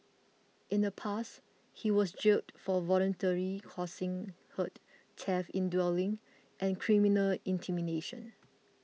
in the past he was jailed for voluntarily causing hurt theft in dwelling and criminal intimidation